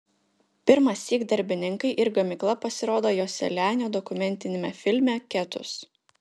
pirmąsyk darbininkai ir gamykla pasirodo joselianio dokumentiniame filme ketus